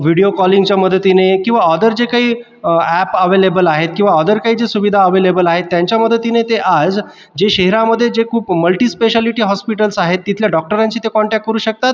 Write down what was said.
video कॉलिंगच्या मदतीने किंवा आदर जे काही ॲप अव्हेलेबल आहेत किंवा आदर काही ज्या सुविधा अव्हेलेबल आहेत त्यांच्या मदतीने ते आज जे शहरामध्ये जे खूप मल्टीस्पेशालिटी हॉस्पिटल्स आहेत तिथल्या डॉक्टरांशी ते कॉन्टॅक्ट करू शकतात